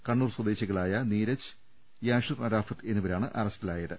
കണ്ണൂർ സ്വദേശികളായ നീരജ് യാഷിർ അറാഫത്ത് എന്നിവരാണ് അറസ്റ്റിലായത്